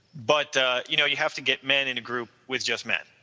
but you know you have to get men in a group, with just men